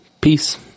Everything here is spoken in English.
Peace